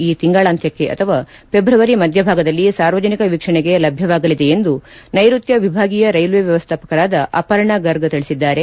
ಈ ತಿಂಗಳಾಂತ್ಯಕ್ಷ ಅಥವಾ ಫೆಬ್ರವರಿ ಮಧ್ಯ ಭಾಗದಲ್ಲಿ ಸಾರ್ವಜನಿಕ ವೀಕ್ಷಣೆಗೆ ಲಭ್ಯವಾಗಲಿದೆ ಎಂದು ಸೈರುತ್ಯ ವಿಭಾಗೀಯ ರೈಲ್ವೆ ವ್ಯವಸ್ಥಾಪಕರಾದ ಅರ್ಪಣ ಗರ್ಗ್ ತಿಳಿಸಿದ್ದಾರೆ